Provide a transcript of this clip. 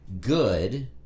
good